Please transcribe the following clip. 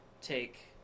take